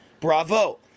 Bravo